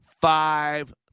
five